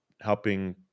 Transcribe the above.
helping